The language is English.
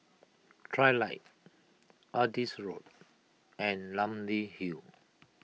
Trilight Adis Road and Namly Hill